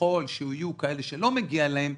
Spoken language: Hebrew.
שככל שיהיו כאלה שלא מגיע להם,